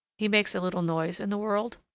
he makes a little noise in the world?